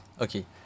Okay